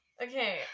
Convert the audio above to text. Okay